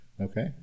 Okay